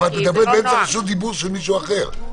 אבל את מדברת באמצע רשות דיבור של מישהו אחר.